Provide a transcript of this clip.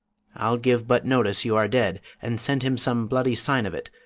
i'll give but notice you are dead, and send him some bloody sign of it,